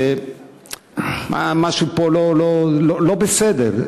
שמשהו פה לא בסדר.